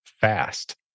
fast